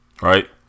Right